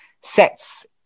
sets